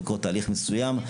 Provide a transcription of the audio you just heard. מתחיל תהליך מסוים.